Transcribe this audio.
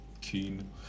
Keen